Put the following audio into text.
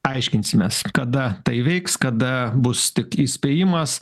aiškinsimės kada tai veiks kada bus tik įspėjimas